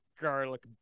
garlic